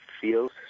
feels